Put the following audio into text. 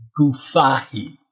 gufahi